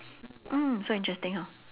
mm so interesting hor